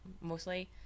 mostly